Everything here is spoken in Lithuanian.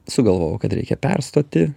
sugalvojau kad reikia perstoti